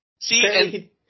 See